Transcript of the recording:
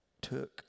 took